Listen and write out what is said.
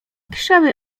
krzewy